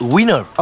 Winner